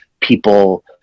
people